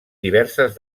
diverses